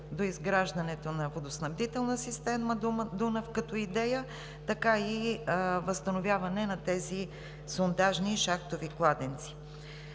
доизграждането на водоснабдителна система „Дунав“ като идея, така и възстановяване на тези сондажни и шахтови кладенци.